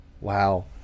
Wow